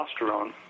testosterone